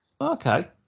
Okay